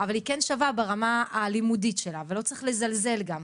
אבל היא כן שווה ברמה הלימודים שלה ולא צריך לזלזל גם,